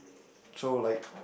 so like